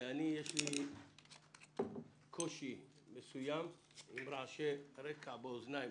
יש לי קושי עם רעשי רקע באוזניים,